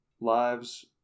lives